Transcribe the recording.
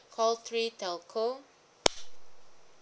call three telco